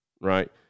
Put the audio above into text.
right